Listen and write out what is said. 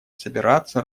собираться